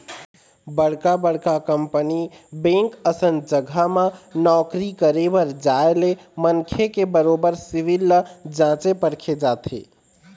बड़का बड़का company bank असन जघा म नौकरी करे बर जाय ले मनखे के बरोबर सिविल ल जाँचे परखे जाथे